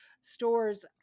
stores